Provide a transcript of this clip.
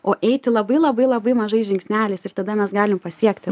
o eiti labai labai labai mažais žingsneliais ir tada mes galim pasiekti